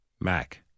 Mac